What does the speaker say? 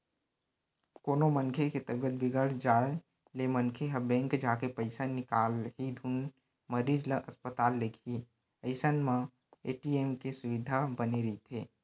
कोनो मनखे के तबीयत बिगड़ जाय ले मनखे ह बेंक जाके पइसा निकालही धुन मरीज ल अस्पताल लेगही अइसन म ए.टी.एम के सुबिधा बने रहिथे